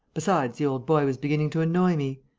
besides, the old boy was beginning to annoy me.